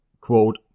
quote